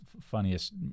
funniest